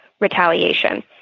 retaliation